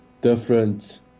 different